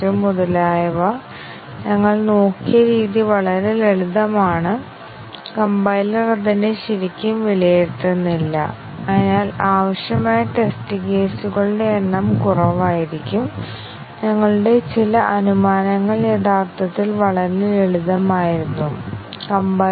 അതിനാൽ മൂന്നാമത്തേത് എങ്കിൽ ഇതിന് തൊട്ടുപിന്നാലെ ഞങ്ങൾക്ക് പ്രസ്താവന ഉണ്ടാകും അനുബന്ധ വേരിയബിൾ അറേയിൽ സജ്ജമാക്കുക എന്നാൽ ഒരു കാര്യം ശാഖകളില്ലെങ്കിൽ എല്ലാ പ്രസ്താവനകളും ഉൾക്കൊള്ളും അങ്ങനെ നമുക്ക് കാര്യക്ഷമമായി എഴുതാൻ കഴിയും ഉപകരണം